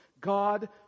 God